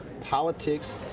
politics